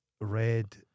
red